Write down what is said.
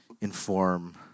inform